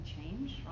change